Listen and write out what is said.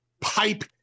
pipe